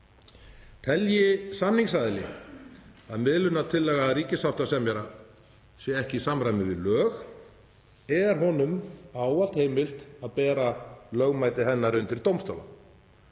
Telji samningsaðili að miðlunartillaga ríkissáttasemjara sé ekki í samræmi við lög er honum ávallt heimilt að bera lögmæti hennar undir dómstóla.